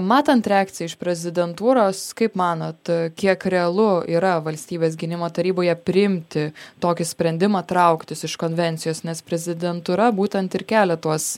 matant reakciją iš prezidentūros kaip manot kiek realu yra valstybės gynimo taryboje priimti tokį sprendimą trauktis iš konvencijos nes prezidentūra būtent ir kelia tuos